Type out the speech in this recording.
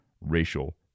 racial